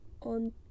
on